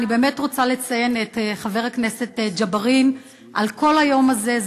אני באמת רוצה לציין את חבר הכנסת ג'בארין על היום הזה.